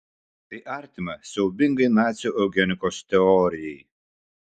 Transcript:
tai artima siaubingai nacių eugenikos teorijai